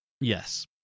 Yes